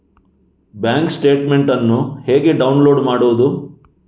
Bank statement ಅನ್ನು ಹೇಗೆ download ಮಾಡುವುದು?